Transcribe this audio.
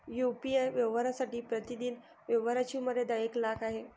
UPI व्यवहारांसाठी प्रतिदिन व्यवहारांची मर्यादा एक लाख आहे